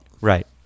Right